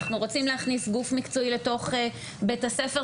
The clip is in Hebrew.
אנחנו רוצים להכניס גוף מקצועי לתוך בית הספר,